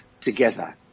together